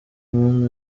moon